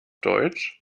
deutsch